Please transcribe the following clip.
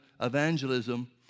evangelism